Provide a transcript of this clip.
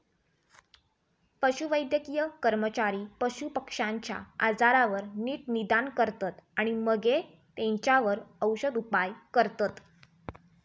पशुवैद्यकीय कर्मचारी पशुपक्ष्यांच्या आजाराचा नीट निदान करतत आणि मगे तेंच्यावर औषदउपाय करतत